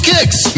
Kicks